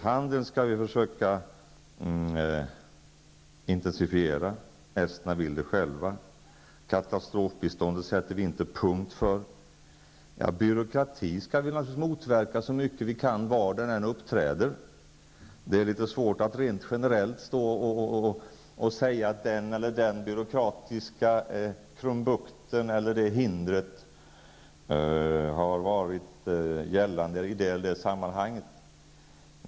Handeln skall vi försöka intensifiera. Esterna vill det själva. Katastrofbiståndet sätter vi inte punkt för. Byråkrati skall vi naturligtvis motverka så mycket vi kan, var den än uppträder. Det är litet svårt att rent generellt säga att den byråkratiska krumbukten eller det byråkratiska hindret har varit gällande i det ena eller andra sammanhanget.